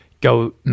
go